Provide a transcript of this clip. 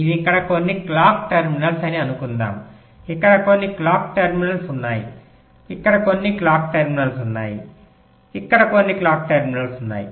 ఇవి ఇక్కడ కొన్ని క్లాక్ టెర్మినల్స్ అని అనుకుందాం ఇక్కడ కొన్ని క్లాక్ టెర్మినల్స్ ఉన్నాయి ఇక్కడ కొన్ని క్లాక్ టెర్మినల్స్ ఉన్నాయి ఇక్కడే కొన్ని క్లాక్ టెర్మినల్స్ ఉన్నాయి